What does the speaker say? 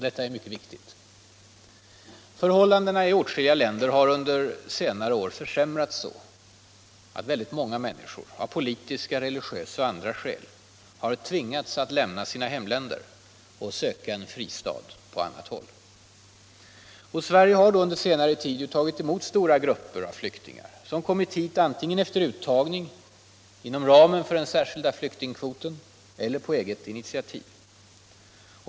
Detta är mycket viktigt. i Förhållandena i åtskilliga länder har under senare år försämrats så att Om sysselsättnings många människor av politiska, religiösa och andra skäl har tvingats att — problemen i lämna sina hemländer och söka en fristad på annat håll. Adakområdet Sverige har under senare tid tagit emot stora grupper av flyktingar som kommit hit antingen efter uttagning inom ramen för den särskilda flyktingkvoten eller på eget initiativ.